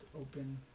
open